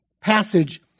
passage